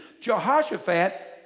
Jehoshaphat